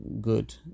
good